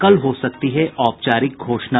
कल हो सकती है औपचारिक घोषणा